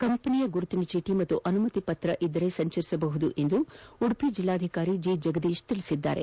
ಕಂಪನಿಯ ಗುರುತಿನ ಚೀಟಿ ಮತ್ತು ಅನುಮತಿ ಪತ್ರ ಇದ್ದರೆ ಸಂಚರಿಸಬಹುದು ಎಂದು ಉಡುಪಿ ಜಿಲ್ಲಾಧಿಕಾರಿ ಜಿ ಜಗದೀಶ್ ತಿಳಿಸಿದ್ದಾರೆ